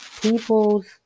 People's